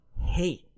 hate